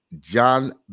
John